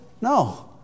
No